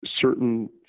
certain